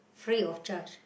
free of charge